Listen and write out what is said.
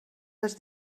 les